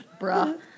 bruh